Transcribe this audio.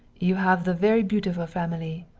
you have the very beautiful family.